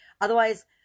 Otherwise